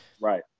Right